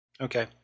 Okay